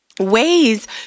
ways